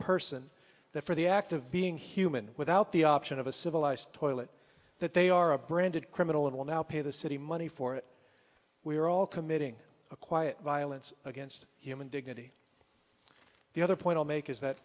person that for the act of being human without the option of a civilized toilet that they are a branded criminal and will now pay the city money for it we are all committing a quiet violence against human dignity the other point i'll make is that